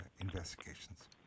investigations